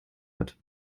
hat